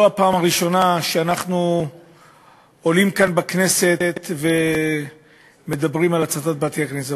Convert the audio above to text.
זו לא הפעם הראשונה שאנחנו עולים כאן בכנסת ומדברים על הצתת בתי-הכנסת.